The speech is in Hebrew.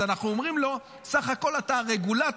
אז אנחנו אומרים לו: "בסך הכול אתה הרגולטור